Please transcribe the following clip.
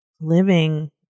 living